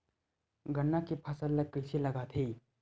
गन्ना के फसल ल कइसे लगाथे?